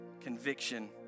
Conviction